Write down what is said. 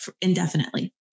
indefinitely